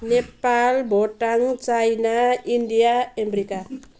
Nepal Bhutan China India America